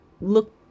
look